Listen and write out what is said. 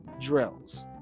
drills